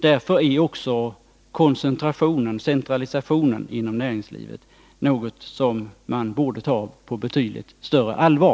Därför är också koncentrationen, centralisationen, inom näringslivet något som man från samhällets sida borde ta på betydligt större allvar.